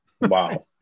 Wow